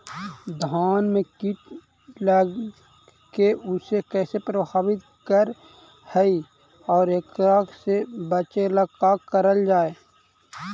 धान में कीट लगके उसे कैसे प्रभावित कर हई और एकरा से बचेला का करल जाए?